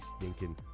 stinking